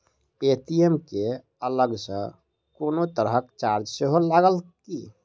ATM केँ अलग सँ कोनो तरहक चार्ज सेहो लागत की?